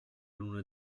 luna